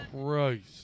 Christ